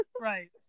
right